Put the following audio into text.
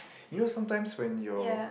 you know sometimes when your